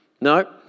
No